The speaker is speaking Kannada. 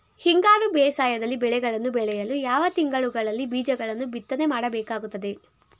ಹಿಂಗಾರು ಬೇಸಾಯದಲ್ಲಿ ಬೆಳೆಗಳನ್ನು ಬೆಳೆಯಲು ಯಾವ ತಿಂಗಳುಗಳಲ್ಲಿ ಬೀಜಗಳನ್ನು ಬಿತ್ತನೆ ಮಾಡಬೇಕಾಗುತ್ತದೆ?